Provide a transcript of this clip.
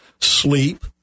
sleep